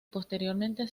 posteriormente